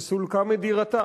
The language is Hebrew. שסולקה מדירתה.